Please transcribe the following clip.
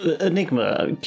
Enigma